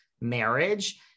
marriage